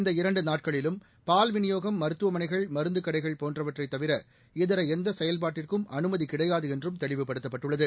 இந்த இரண்டு நாட்களிலும் பால் விநியோகம் மருத்துவமனைகள் மருந்து கடைகள் போன்றவற்றை தவிர இதர எந்த செயல்பாட்டிற்கும் அனுமதி கிடையாது என்றும் தெளிவுபடுத்தப்பட்டுள்ளது